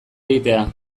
egitea